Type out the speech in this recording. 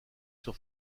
sur